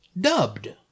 dubbed